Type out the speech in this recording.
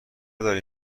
داری